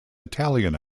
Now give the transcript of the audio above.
italian